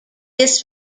this